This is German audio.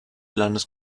landes